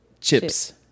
Chips